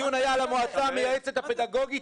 הדיון היה על המועצה המייעצת הפדגוגית